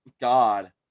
God